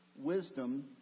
wisdom